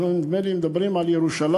נדמה לי שאנחנו מדברים על ירושלים,